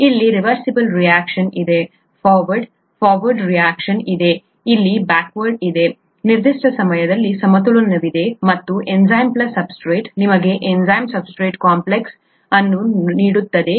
ಇಲ್ಲಿ reversible reaction ಇದೆ forward forward reaction ಇದೆ ಇಲ್ಲಿ ಬ್ಯಾಕ್ ವಾರ್ಡ್ ಇದೆ ನಿರ್ದಿಷ್ಟ ಸಮಯದಲ್ಲಿ ಸಮತೋಲನವಿದೆ ಮತ್ತು ಎನ್ಝೈಮ್ ಪ್ಲಸ್ ಸಬ್ಸ್ಟ್ರೇಟ್ ನಿಮಗೆ ಎಂಜೈಮ್ ಸಬ್ಸ್ಟ್ರೇಟ್ ಕಾಂಪ್ಲೆಕ್ಸ್ ಅನ್ನು ನೀಡುತ್ತದೆ